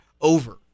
over